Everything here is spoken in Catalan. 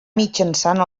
mitjançant